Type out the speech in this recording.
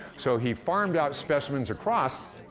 so he farmed out specimens across.